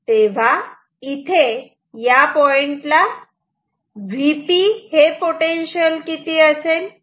तेव्हा इथे या पॉइंटला Vp हे पोटेन्शियल किती असेल